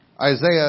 Isaiah